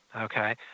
okay